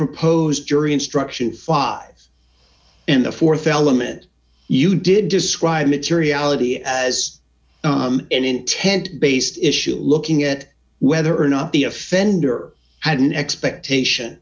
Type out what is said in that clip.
proposed jury instruction five in the th element you did describe materiality as an intent based issue looking at whether or not the offender had an expectation